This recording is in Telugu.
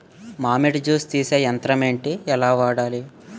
మామిడి జూస్ తీసే యంత్రం ఏంటి? ఎలా వాడాలి?